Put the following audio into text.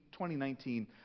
2019